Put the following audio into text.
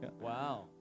Wow